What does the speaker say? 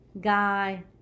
Guy